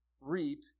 reap